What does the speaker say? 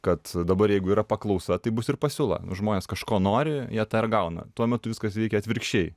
kad dabar jeigu yra paklausa tai bus ir pasiūla žmonės kažko nori jie tą ir gauna tuo metu viskas veikė atvirkščiai